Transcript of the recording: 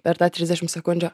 per tą trisdešimt sekundžių